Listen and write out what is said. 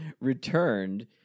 returned